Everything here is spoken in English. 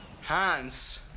Hans